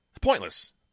Pointless